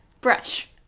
Brush